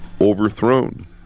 overthrown